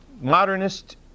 modernist